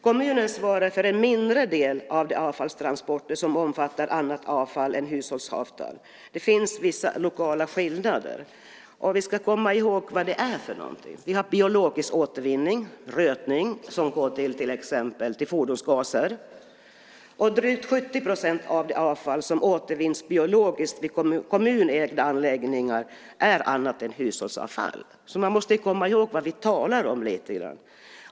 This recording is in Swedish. Kommunen svarar för en mindre del av de avfallstransporter som omfattar annat avfall än hushållsavfall. Det finns vissa lokala skillnader. Och vi ska komma ihåg vad det är. Vi har biologisk återvinning, rötning, som går till exempel till fordonsgaser. Drygt 70 % av det avfall som återvinns biologiskt i kommunägda anläggningar är annat än hushållsavfall. Man måste komma ihåg lite grann vad vi talar om.